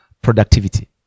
Productivity